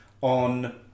on